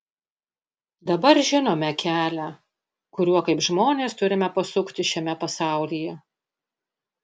dabar žinome kelią kuriuo kaip žmonės turime pasukti šiame pasaulyje